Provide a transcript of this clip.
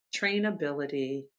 trainability